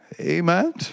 Amen